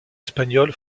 espagnol